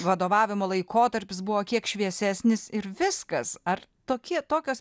vadovavimo laikotarpis buvo kiek šviesesnis ir viskas ar tokie tokios